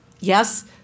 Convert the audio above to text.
Yes